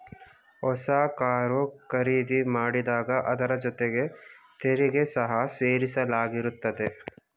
ಹೊಸ ಕಾರು ಖರೀದಿ ಮಾಡಿದಾಗ ಅದರ ಜೊತೆ ತೆರಿಗೆ ಸಹ ಸೇರಿಸಲಾಗಿರುತ್ತದೆ